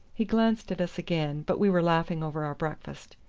he glanced at us again, but we were laughing over our breakfast,